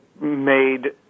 made